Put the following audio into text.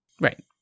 Right